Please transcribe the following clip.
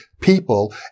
people